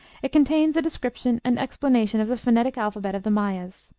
it contains a description and explanation of the phonetic alphabet of the mayas.